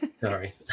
Sorry